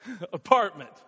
apartment